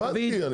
בוודאי.